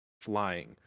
flying